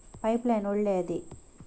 Pipe line ಒಳ್ಳೆಯದೇ?